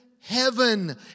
Heaven